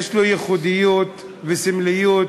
יש ייחודיות וסמליות